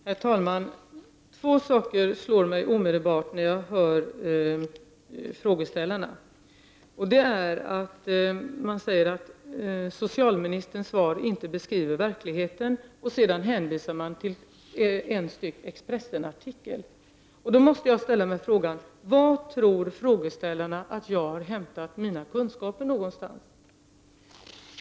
Herr talman! Två saker slår mig omedelbart när jag hör frågeställarna. De säger att socialministerns svar inte beskriver verkligheten, och sedan hänvisar man till en artikel i Expressen. Då måste jag fråga: Var tror frågeställarna att jag har hämtat mina kunskaper någonstans?